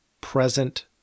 present